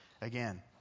Again